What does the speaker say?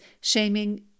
shaming